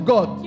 God